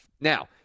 Now